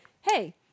hey